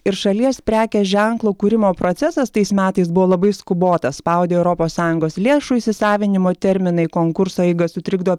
ir šalies prekės ženklo kūrimo procesas tais metais buvo labai skubotas spaudė europos sąjungos lėšų įsisavinimo terminai konkurso eigą sutrikdo